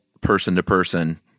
person-to-person